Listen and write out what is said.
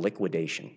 liquidation